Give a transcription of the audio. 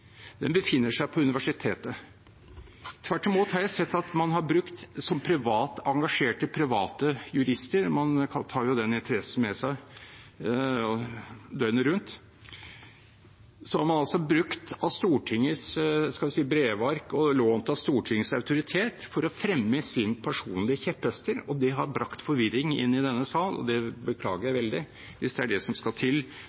befinner seg på universitetet. Tvert imot har jeg sett at man har brukt engasjerte private jurister – man tar jo den interessen med seg døgnet rundt. Så har man brukt av Stortingets – skal vi si – brevark og lånt av Stortingets autoritet for å fremme sine personlige kjepphester. Det har brakt forvirring inn i denne sal, og det beklager jeg